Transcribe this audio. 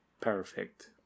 Perfect